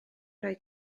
roi